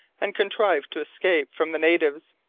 and contrived to escape from the natives?